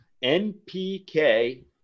npk